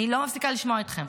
אני לא מפסיקה לשמוע אתכם.